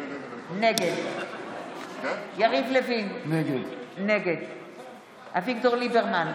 נגד יריב לוין נגד אביגדור ליברמן,